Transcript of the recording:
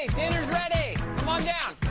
ready, come on down.